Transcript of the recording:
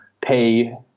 pay